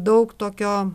daug tokio